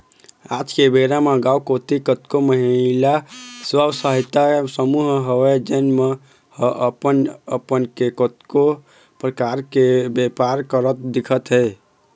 आज के बेरा म गाँव कोती कतको महिला स्व सहायता समूह हवय जेन मन ह अपन अपन ले कतको परकार के बेपार करत दिखत हे